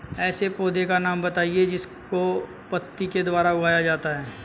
ऐसे पौधे का नाम बताइए जिसको पत्ती के द्वारा उगाया जाता है